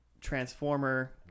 Transformer